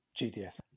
GDS